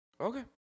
Okay